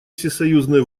всесоюзные